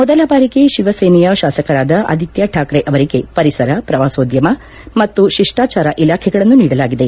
ಮೊದಲ ಬಾರಿಗೆ ಶಿವಸೇನೆಯ ಶಾಸಕರಾದ ಆದಿತ್ಯ ಠಾಕ್ರೆ ಅವರಿಗೆ ಪರಿಸರ ಪ್ರವಾಸೋದ್ಯಮ ಮತ್ತು ಶಿಷ್ಠಚಾರ ಇಲಾಖೆಗಳನ್ನು ನೀಡಲಾಗಿದೆ